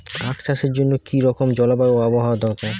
আখ চাষের জন্য কি রকম জলবায়ু ও আবহাওয়া দরকার?